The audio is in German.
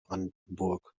brandenburg